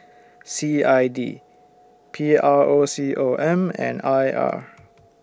C I D P R O C O M and I R